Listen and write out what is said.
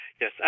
Yes